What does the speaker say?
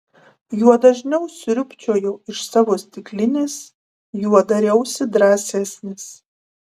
juo dažniau sriubčiojau iš savo stiklinės juo dariausi drąsesnis